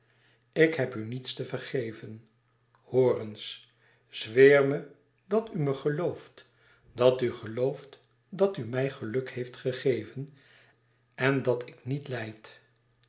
ik heb u niets te vergeven hoor eens zweer me dat u me gelooft dat u gelooft dàt u mij gelùk heeft gegeven en dat ik niet lijd